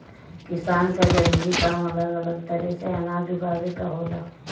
किसान क जरूरी काम अलग अलग तरे से अनाज उगावे क होला